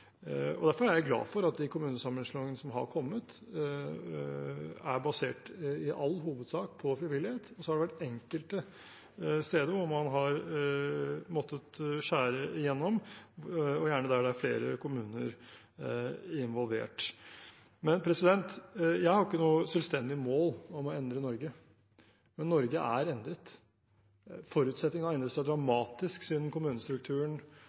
Derfor er jeg glad for at de kommunesammenslåingene som har kommet, er basert – i all hovedsak – på frivillighet. Så har det vært enkelte steder hvor man har måttet skjære igjennom, og det er gjerne der det er flere kommuner involvert. Jeg har ikke noe selvstendig mål om å endre Norge, men Norge er endret. Forutsetningene har endret seg dramatisk siden kommunestrukturen